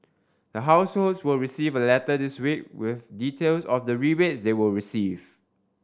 the households will receive a letter this week with details of the rebate they will receive